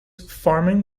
farming